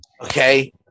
Okay